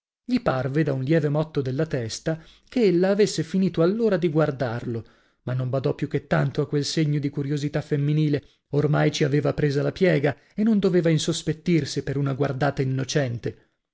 gli parve da un lieve motto della testa che ella avesse finito allora di guardarlo ma non badò più che tanto a quel segno di curiosità femminile ormai ci aveva presa la piega e non doveva insospettirsi per una guardata innocente